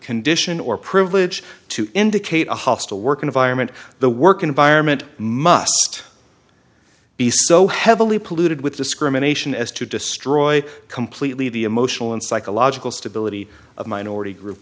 condition or privilege to indicate a hostile work environment the work environment must he so heavily polluted with discrimination as to destroy completely the emotional and psychological stability of minority group